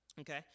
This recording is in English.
okay